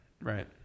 right